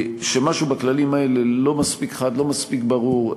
שמשהו בכללים האלה לא מספיק חד, לא מספיק ברור.